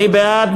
מי בעד?